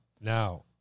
Now